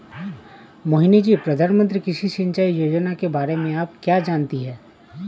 मोहिनी जी, प्रधानमंत्री कृषि सिंचाई योजना के बारे में आप क्या जानती हैं?